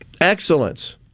excellence